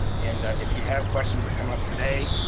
and if you have questions that come up today,